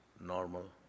normal